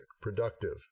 productive